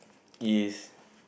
is